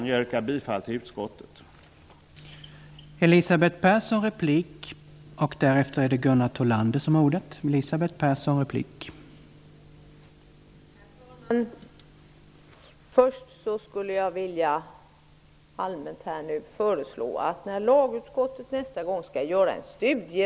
Jag vill yrka bifall till utskottets hemställan.